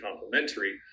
complementary